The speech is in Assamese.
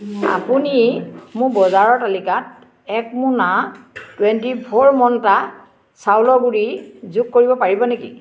আপুনি মোৰ বজাৰৰ তালিকাত এক মোনা টুৱেণ্টি ফ'ৰ মন্ত্ৰা চাউলৰ গুড়ি যোগ কৰিব পাৰিব নেকি